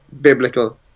biblical